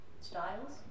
Styles